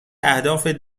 اهداف